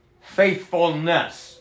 Faithfulness